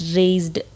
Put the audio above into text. raised